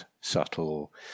subtle